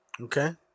Okay